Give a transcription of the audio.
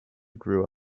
grew